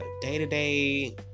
day-to-day